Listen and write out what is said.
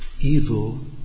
evil